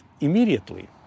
immediately